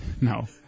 No